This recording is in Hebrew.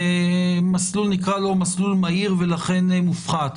מסלול שנקרא לו "מסלול מהיר" ולכן הוא מופחת,